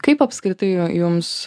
kaip apskritai j jums